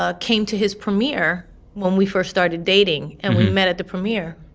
ah came to his premiere when we first started dating, and we met at the premiere.